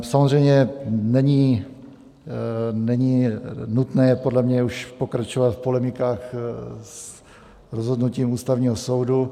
Samozřejmě, není nutné podle mě už pokračovat v polemikách s rozhodnutím Ústavního soudu.